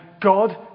God